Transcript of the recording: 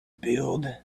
build